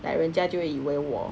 like 人家就会以为我